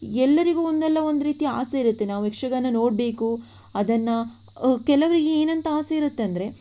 ಎಲ್ಲರಿಗೂ ಒಂದಲ್ಲ ಒಂದು ರೀತಿಯ ಆಸೆ ಇರುತ್ತೆ ನಾವು ಯಕ್ಷಗಾನ ನೋಡಬೇಕು ಅದನ್ನು ಕೆಲವರಿಗೆ ಏನಂತ ಆಸೆ ಇರತ್ತೆ ಅಂದರೆ